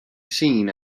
seen